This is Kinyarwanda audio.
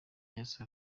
yesu